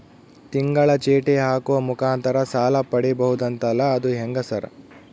ತಿಂಗಳ ಚೇಟಿ ಹಾಕುವ ಮುಖಾಂತರ ಸಾಲ ಪಡಿಬಹುದಂತಲ ಅದು ಹೆಂಗ ಸರ್?